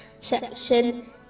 section